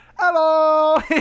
hello